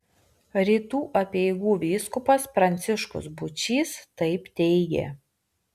rytų apeigų vyskupas pranciškus būčys taip teigė